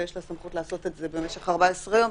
ויש לה סמכות לעשות את זה במשך 14 יום,